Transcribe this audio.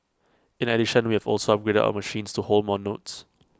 in addition we have also upgraded our machines to hold more notes